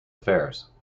affairs